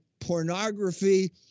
pornography